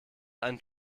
einen